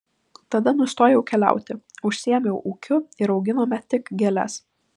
tada nustojau keliauti užsiėmiau ūkiu ir auginome tik gėles